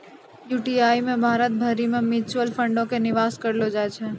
UTI मे भारत भरि के म्यूचुअल फंडो के निवेश करलो जाय छै